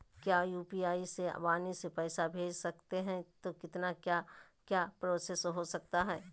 क्या यू.पी.आई से वाणी से पैसा भेज सकते हैं तो कितना क्या क्या प्रोसेस हो सकता है?